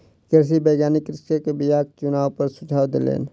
कृषि वैज्ञानिक कृषक के बीयाक चुनाव पर सुझाव देलैन